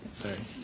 Sorry